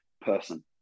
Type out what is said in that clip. person